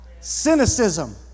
Cynicism